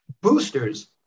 boosters